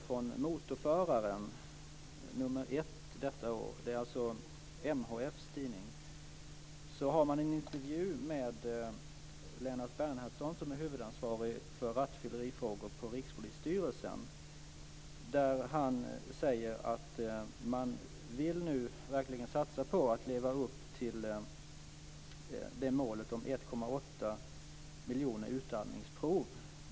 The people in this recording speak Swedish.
I Motorföraren nr 1 i år, som är MHF:s tidning, finns en intervju med Lennart Bernhardsson, som är huvudansvarig för rattfyllerifrågor på Rikspolisstyrelsen. Han säger att man nu verkligen vill satsa på att leva upp till målet om 1,8 miljoner utandningsprov.